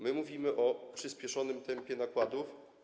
Mówimy o przyspieszonym tempie nakładów.